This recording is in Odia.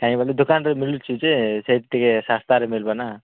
କାଇଁ ବୋଲେ ଦୋକାନରେ ମିଳୁଛି ଯେ ସେଇଠି ଟିକେ ଶସ୍ତାରେ ମିଳିବ ନା